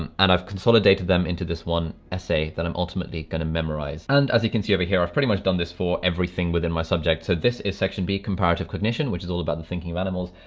um and i've consolidated them into this one essay that i'm ultimately going to memorize. and as you can see over here, i've pretty much done this for everything within my subject. so this is section b, comparative cognition, which is all about the thinking of animals,